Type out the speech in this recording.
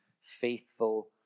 faithful